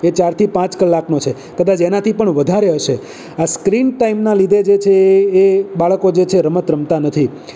એ ચારથી પાંચ કલાકનો છે કદાચ એનાથી પણ વધારે હશે આ સ્ક્રીન ટાઇમના લીધે જે છે એ એ બાળકો જે છે એ રમત રમતા નથી